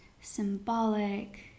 symbolic